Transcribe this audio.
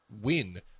win